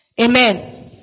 Amen